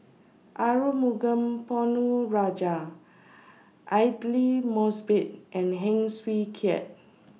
Arumugam Ponnu Rajah Aidli Mosbit and Heng Swee Keat